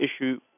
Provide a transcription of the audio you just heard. issue